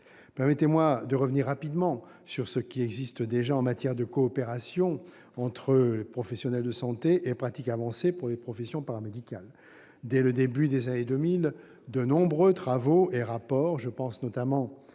Permettez-moi de revenir rapidement sur ce qui existe déjà en matière de coopération entre professionnels de santé et pratique avancée pour les professions paramédicales. Dès le début des années 2000, de nombreux travaux et rapports, je pense notamment